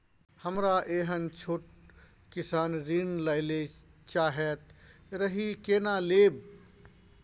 हमरा एहन छोट किसान ऋण लैले चाहैत रहि केना लेब?